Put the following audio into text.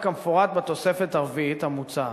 כמפורט בתוספת הרביעית המוצעת.